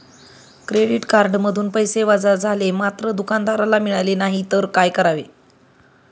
Credit कार्डमधून पैसे वजा झाले मात्र दुकानदाराला मिळाले नाहीत तर काय करावे?